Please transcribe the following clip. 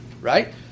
right